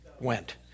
went